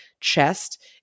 chest